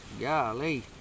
Golly